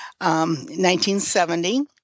1970